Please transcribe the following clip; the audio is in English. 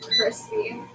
crispy